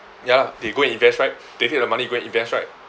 ya they go invest right they take the money and go and invest right